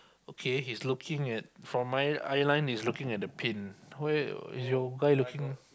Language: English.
okay he's looking at from my eye line he's looking at the pin where is your guy looking